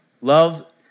Love